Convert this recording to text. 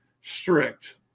strict